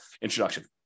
introduction